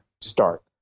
start